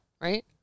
right